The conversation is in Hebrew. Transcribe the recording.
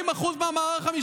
רק סיסמאות חלולות,